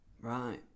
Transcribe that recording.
Right